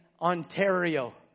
Ontario